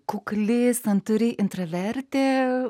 kukli santūri intravertė